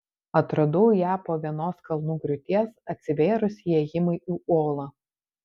atradau ją po vienos kalnų griūties atsivėrus įėjimui į olą